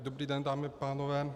Dobrý den, dámy a pánové.